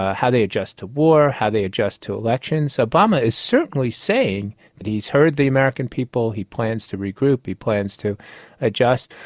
ah how they adjust to war, how they adjust to elections. obama is certainly saying that he's heard the american people, he plans to regroup, he plans to adjust.